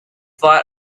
far